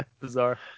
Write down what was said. bizarre